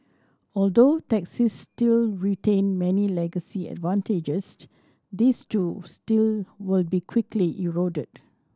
although taxis still retain many legacy advantages these too still will be quickly eroded